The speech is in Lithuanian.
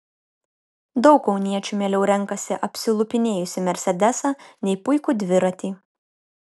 daug kauniečių mieliau renkasi apsilupinėjusį mersedesą nei puikų dviratį